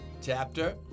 chapter